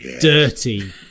dirty